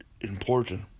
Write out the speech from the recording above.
important